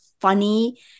funny